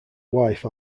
wife